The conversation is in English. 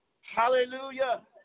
Hallelujah